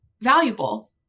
valuable